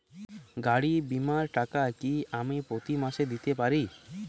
গাড়ী বীমার টাকা কি আমি প্রতি মাসে দিতে পারি?